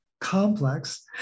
complex